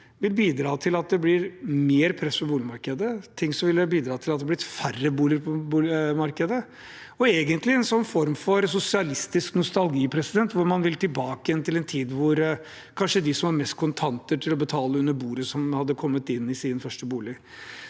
vil bidra til at det blir mer press på boligmarkedet, ting som ville bidratt til at det hadde blitt færre boliger på boligmarkedet. Det er egentlig en form for sosialistisk nostalgi hvor man vil tilbake til en tid hvor kanskje de som har mest kontanter til å betale under bordet, hadde kommet inn i sin første bolig.